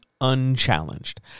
unchallenged